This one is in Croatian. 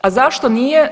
A zašto nije?